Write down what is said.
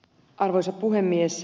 arvoisa puhemies